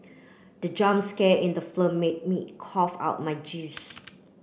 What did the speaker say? the jump scare in the film made me cough out my juice